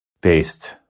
based